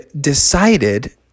decided